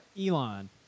Elon